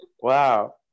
Wow